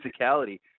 physicality